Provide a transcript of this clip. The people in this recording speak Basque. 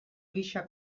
gisa